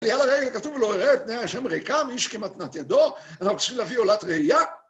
יאללה, רגע, כתוב ולא הראית, תנאי ה' ריקם, איש כמתנת ידו, אנחנו צריכים להביא עולת ראייה.